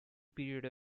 period